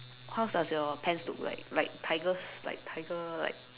how does your pants look like like tigers like tiger like